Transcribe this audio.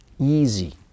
easy